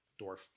dwarf